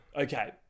Okay